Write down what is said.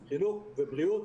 חינוך ובריאות,